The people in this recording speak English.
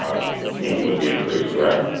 even with the increase. correct?